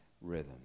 rhythm